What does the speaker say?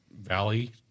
valley